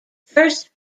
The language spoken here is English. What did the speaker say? first